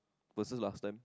versus last time